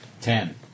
Ten